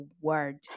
word